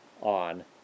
on